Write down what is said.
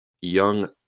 young